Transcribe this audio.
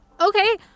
okay